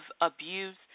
abuse